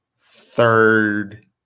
third